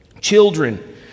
Children